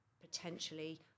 potentially